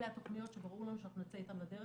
אלה התכניות שברור לנו שאנחנו נצא איתם לדרך